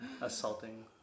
assaulting